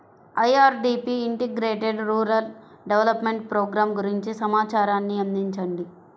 IRDP integrated rural development programme గురించి సమాచారాన్ని అందించండి?